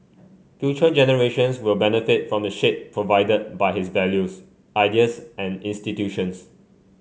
future generations will benefit from the shade provided by his values ideas and institutions